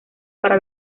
para